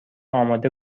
اماده